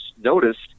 noticed